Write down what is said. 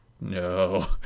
No